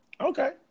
Okay